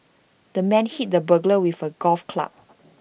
the man hit the burglar with A golf club